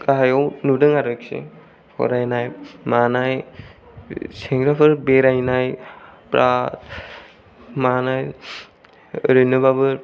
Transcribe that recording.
गाहायाव नुदों आरोखि फरायनाय मानाय सेंग्राफोर बेरायनाय बा मानाय ओरैनोबाबो